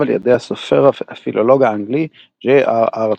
על ידי הסופר והפילולוג האנגלי ג'.ר.ר.